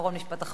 משפט אחרון.